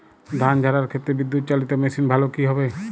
ধান ঝারার ক্ষেত্রে বিদুৎচালীত মেশিন ভালো কি হবে?